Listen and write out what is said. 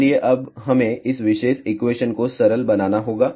इसलिए अब हमें इस विशेष एक्वेशन को सरल बनाना होगा